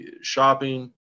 shopping